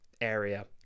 area